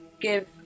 give